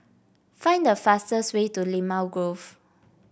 find the fastest way to Limau Grove